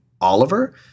Oliver